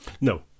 No